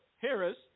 Harris